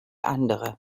andere